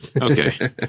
Okay